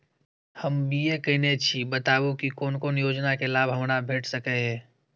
हम बी.ए केनै छी बताबु की कोन कोन योजना के लाभ हमरा भेट सकै ये?